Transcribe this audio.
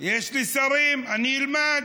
יש לי שרים, אני אלמד